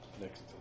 next